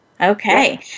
Okay